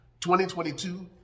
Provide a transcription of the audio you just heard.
2022